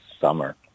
summer